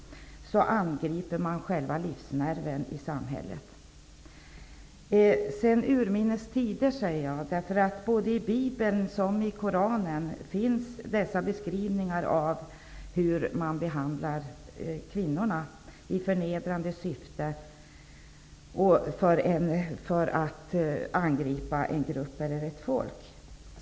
Jag säger att man har vetat det sedan urminnes tider, därför att det både i Bibeln och i Koranen finns beskrivningar av hur man behandlar kvinnor i förnedrande syfte för att angripa en grupp eller ett folk.